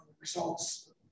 results